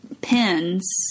pins